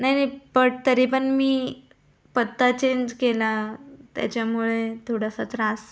नाही नाही नाही पट तरी पण मी पत्ता चेंज केला त्याच्यामुळे थोडासा त्रास